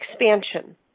expansion